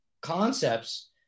concepts